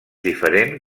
diferent